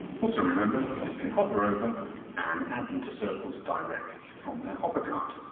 also, remember that you can hover over and add them to circles directly from their hover card.